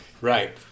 right